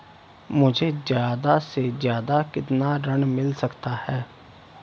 मुझे ज्यादा से ज्यादा कितना ऋण मिल सकता है?